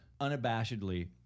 unabashedly